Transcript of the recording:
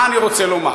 מה אני רוצה לומר?